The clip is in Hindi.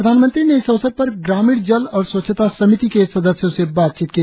प्रधानमंत्री ने इस अवसर पर ग्रामीण जल और स्वच्छता समिति के सदस्यों से बातचीत की